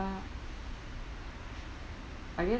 I guess